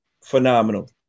phenomenal